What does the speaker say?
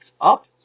up